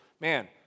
Man